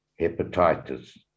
hepatitis